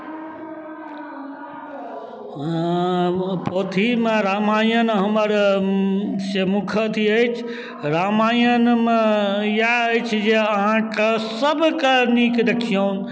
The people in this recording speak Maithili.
सर्दी जे होइ अछि ओकरा ठीक करैके लेल बहुत उपाय करै छी बहुत की उपाय करै छी जे अदरक आनै छी मरीच खरीदके आनै छी ई